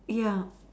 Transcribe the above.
ya